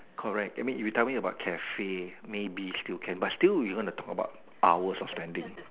correct I mean if you tell me about cafe maybe still can but still we going to talk about the hours of standing